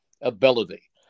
ability